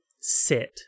sit